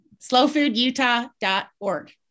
slowfoodutah.org